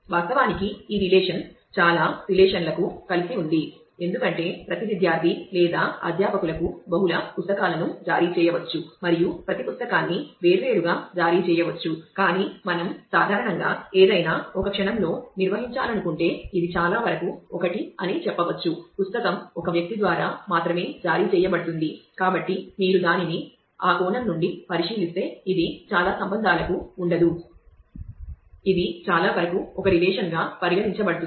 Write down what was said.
వాస్తవానికి ఈ రిలేషన్గా పరిగణించబడుతుంది